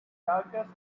darkest